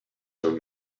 from